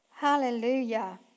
Hallelujah